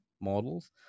models